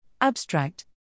Abstract